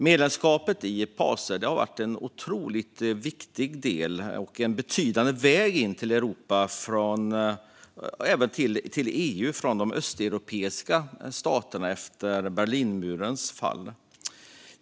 Medlemskapet i PACE har varit en viktig och betydande väg in till Europa och EU för de östeuropeiska staterna efter Berlinmurens fall.